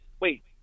wait